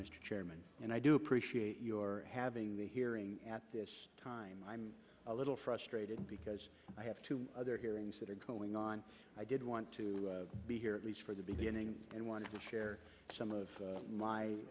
mr chairman and i do appreciate your having the hearing at this time i'm a little frustrated because i have two other hearings that are going on i did want to be here at least for the beginning and want to share some of my